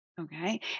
Okay